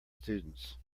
students